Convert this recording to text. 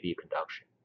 conduction